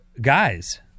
Guys